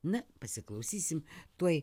na pasiklausysim tuoj